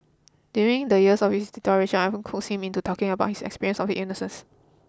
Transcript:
during the years of his deterioration I often coaxed him into talking about his experience of illnesses